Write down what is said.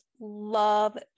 love